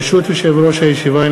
ברשות יושב-ראש הישיבה,